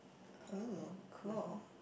oh cool